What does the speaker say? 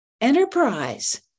enterprise